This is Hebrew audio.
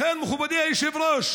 לכן, מכובדי היושב-ראש,